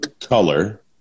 color